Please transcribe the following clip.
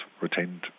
retained